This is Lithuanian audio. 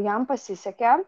jam pasisekė